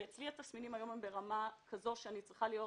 אצלי התסמינים היום הם ברמה כזאת שאני מסוגלת